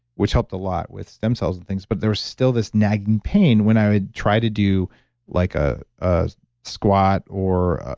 which helped a lot, with stem cells and things, but there was still this nagging pain when i would try to do like ah a squat or